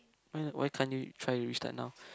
why why can't you try to restart now